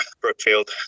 Brookfield